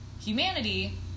Humanity